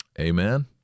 Amen